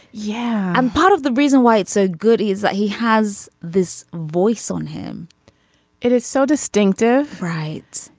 yeah. and part of the reason why it's so good is that he has this voice on him it is so distinctive. right.